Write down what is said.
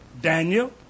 Daniel